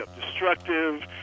Destructive